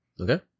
Okay